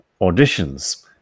auditions